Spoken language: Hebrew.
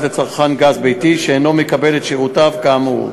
לצרכן גז ביתי שאינו מקבל את שירותיו כאמור,